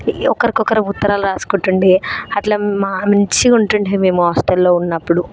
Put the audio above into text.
ఒకరికి ఒకరు ఉత్తరాలు రాసుకుంటుండే అట్లా మంచిగా ఉంటుండే మేము హాస్టల్లో ఉన్నప్పుడు